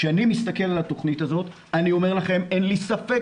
כשאני מסתכל על התוכנית הזאת אני אומר לכם שאין לי ספק